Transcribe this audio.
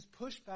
pushback